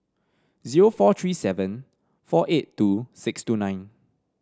zero four three seven four eight two six two nine